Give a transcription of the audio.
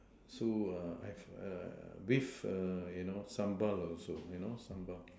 so err I have err beef err you know sambal also you know sambal